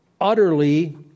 utterly